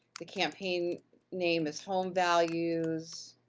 the campaign name is home values